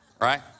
Right